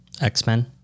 X-Men